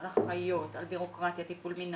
על אחיות, על בירוקרטיה, על טיפול מינהלי,